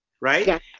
right